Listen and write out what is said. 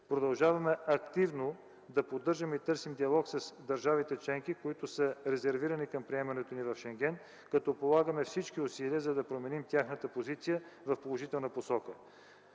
Продължаваме активно да поддържаме и търсим диалог с държавите членки, които са резервирани към приемането ни в Шенген, като полагаме всички усилия, за да променим тяхната позиция в положителна посока.